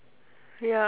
ya